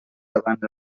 davant